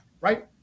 right